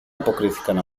αποκρίθηκαν